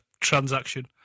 transaction